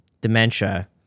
dementia